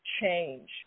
change